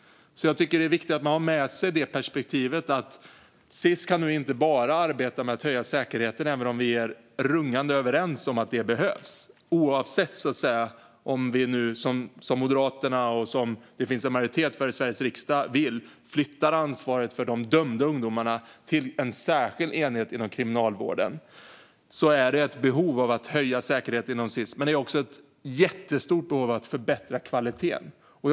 Jag tycker att det är viktigt att man har med sig perspektivet att Sis inte bara kan arbeta med att höja säkerheten, även om vi är rungande överens om att det behövs. Oavsett om vi flyttar ansvaret för de dömda ungdomarna till en särskild enhet inom Kriminalvården, som Moderaterna vill och som det också finns en majoritet för i Sveriges riksdag, finns också ett jättestort behov av att förbättra kvaliteten inom Sis.